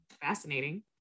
fascinating